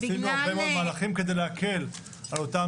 עשינו הרבה מאוד מהלכים כדי להקל על אותם